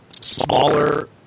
smaller